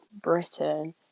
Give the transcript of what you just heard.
Britain